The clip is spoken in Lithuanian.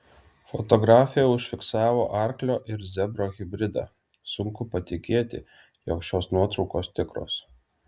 fotografė užfiksavo arklio ir zebro hibridą sunku patikėti jog šios nuotraukos tikros